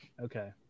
Okay